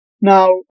Now